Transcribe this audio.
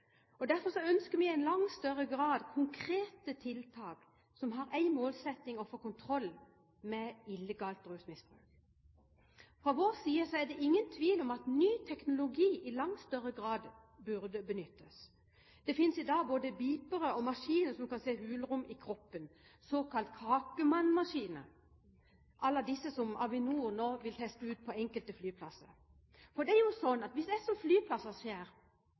Derfor ønsker vi i langt større grad konkrete tiltak som har som målsetting å få kontroll med illegalt rusmisbruk. Fra vår side er det ingen tvil om at ny teknologi i langt større grad burde benyttes. Det finnes i dag både såkalte bipere og maskiner som kan se hulrom i kroppen, såkalte kakemann-maskiner – alle disse som Avinor nå vil teste ut på enkelte flyplasser. For det er jo sånn at hvis